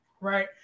right